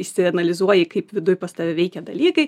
išsianalizuoji kaip viduj pas tave veikia dalykai